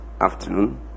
afternoon